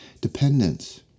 Dependence